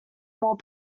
more